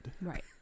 Right